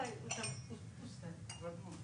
מה אתה מבקש שייכתב, חבר הכנסת מקלב?